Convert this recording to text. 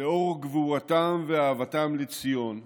לאור גבורתם ואהבתם לציון,